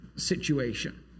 situation